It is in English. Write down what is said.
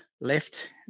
left